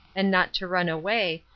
and not to run away,